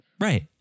Right